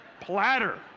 platter